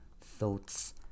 Thoughts